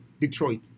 Detroit